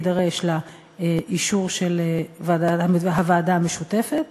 יידרש לה אישור של הוועדה המשותפת.